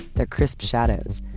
their crisp shadows,